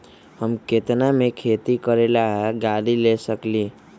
हम केतना में खेती करेला गाड़ी ले सकींले?